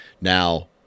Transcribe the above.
Now